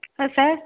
ହଁ ସାର୍